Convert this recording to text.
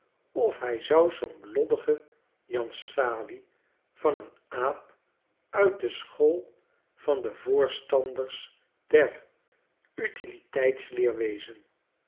of hij zou zoo'n lodderige jan salie van n aap uit de school van de voorstanders der utiliteitsleer wezen